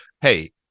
Hey